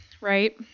right